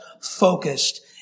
focused